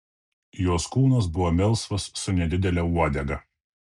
jos kūnas buvo melsvas su nedidele uodega